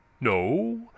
No